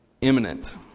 imminent